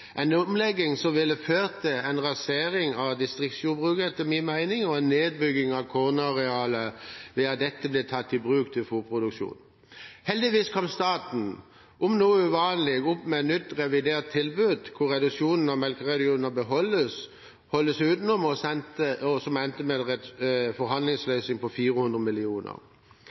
en omlegging som ville ført til en rasering av distriktsjordbruket, etter min mening, og en nedbygging av kornarealet ved at dette blir tatt i bruk til fôrproduksjon. Heldigvis kom staten, om enn noe uvanlig, opp med et nytt revidert tilbud hvor reduksjonen av melkeregioner ble holdt utenom, som endte med en